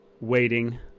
waiting